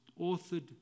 authored